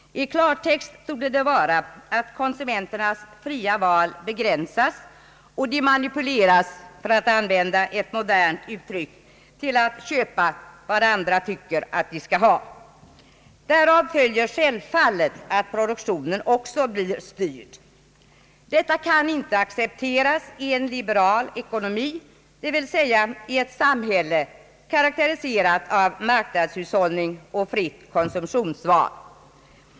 I klartext torde det betyda att konsumenternas fria val begränsas och att de manipuleras — för att använda ett modernt uttryck — till att köpa vad andra tycker att de skall ha. Därav följer självfallet att också produktionen blir styrd. Detta kan inte accepteras i en liberal ekonomi, dvs. i ett samhälle karakteriserat av marknadshushållning och fritt konsumtionsval.